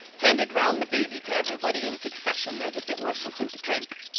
handed round the baby to everybody in succession, as if it were something to drink.